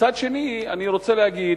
מצד שני, אני רוצה להגיד